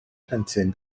plentyn